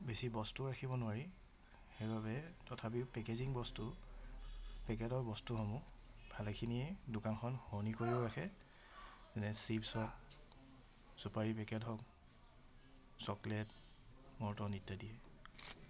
বেছি বস্তু ৰাখিব নোৱাৰি সেইবাবে তথাপিও পেকেজিং বস্তু পেকেটৰ বস্তুসমূহ ভালেখিনিয়ে দোকানখন শুৱনি কৰিও ৰাখে যেনে চিপছ হওক চুপাৰী পেকেট হওক চকলেট মটন ইত্যাদি